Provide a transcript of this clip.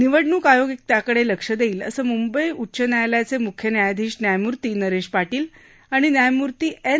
निवडणूक आयोग त्याकड जिक्ष दईत्त असं मुंबई उच्च न्यायालयाचमुिख्य न्यायाधीश न्यायमूर्ती नरूपीपाटील आणि न्यायमूर्ती एन